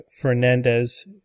Fernandez